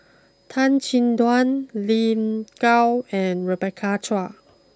Tan Chin Tuan Lin Gao and Rebecca Chua